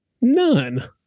None